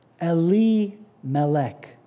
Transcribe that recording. Elimelech